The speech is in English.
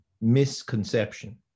misconception